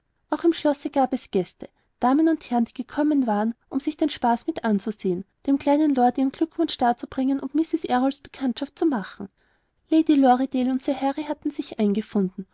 auch im schlosse gab es gäste damen und herren die gekommen waren um sich den spaß mit anzusehen dem kleinen lord ihren glückwunsch darzubringen und mrs errols bekanntschaft zu machen lady lorridaile und sir harry hatten sich eingefunden